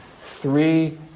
three